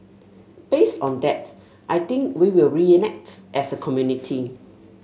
based on that I think we will react as a community